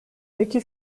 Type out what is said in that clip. peki